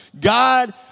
God